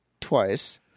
twice